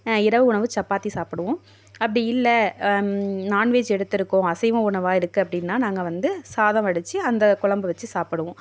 இரவு உணவு சப்பாத்தி சாப்பிடுவோம் அப்படி இல்லை நான்வெஜ் எடுத்துருக்கோம் அசைவம் உணவாக இருக்குது அப்படின்னா நாங்கள் வந்து சாதம் வடிச்சு அந்த கொழம்பு வெச்சு சாப்பிடுவோம்